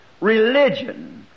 religion